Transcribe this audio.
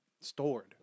stored